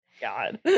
God